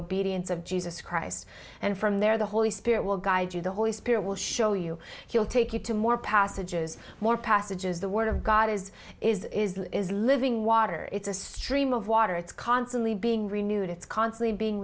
obedience of jesus christ and from there the holy spirit will guide you the holy spirit will show you he will take you to more passages more passages the word of god is is is living water it's a stream of water it's constantly being renewed it's constantly being